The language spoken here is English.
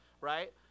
right